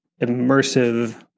immersive